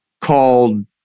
called